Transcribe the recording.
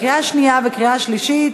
קריאה שנייה וקריאה שלישית.